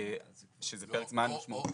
שזה פרק זמן משמעותי.